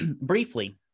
briefly